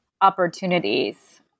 opportunities